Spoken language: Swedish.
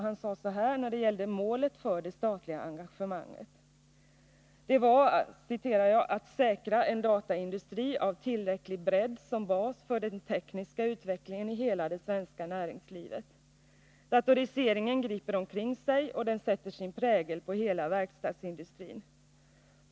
Han sade så här när det gällde målet för det statliga engagemanget: ”Det var att säkra en dataindustri av tillräcklig bredd som bas för den tekniska utvecklingen i hela det svenska näringslivet. Datoriseringen griper omkring sig, och den sätter sin prägel på hela verkstadsindustrin.